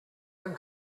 him